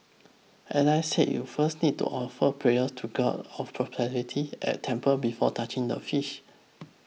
Alice said you first need to offer prayers to god of prosperity at temple before touching the fish